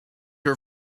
her